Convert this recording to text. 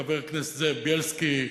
חבר הכנסת זאב בילסקי,